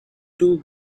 two